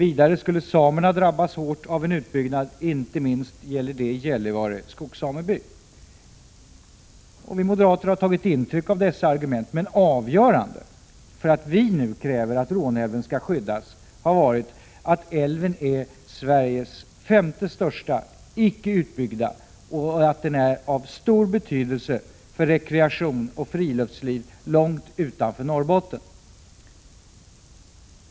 Vidare skulle samerna drabbas hårt av en utbyggnad — det gäller inte minst Gällivare skogssameby. Vi moderater har tagit intryck av dessa argument, men avgörande för att vi nu kräver att Råneälven skall skyddas har varit att älven är Sveriges femte största icke utbyggda och att den är av stor betydelse för rekreation och friluftsliv långt utanför Norrbotten.